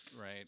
right